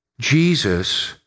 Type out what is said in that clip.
Jesus